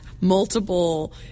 multiple